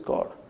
God